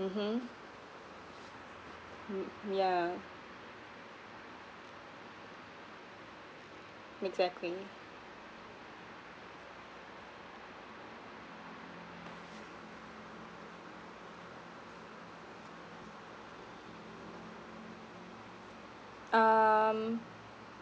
mmhmm mm yeah exactly um